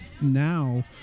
now